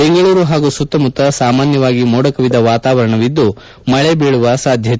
ಬೆಂಗಳೂರು ಹಾಗೂ ಸುತ್ತಮುತ್ತ ಸಾಮಾಸ್ಥವಾಗಿ ಮೋಡ ಕವಿದ ವಾತವಾರಣವಿದ್ದು ಮಳೆ ಬೀಳುವ ಸಾಧ್ಯತೆ